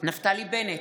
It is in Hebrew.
נפתלי בנט,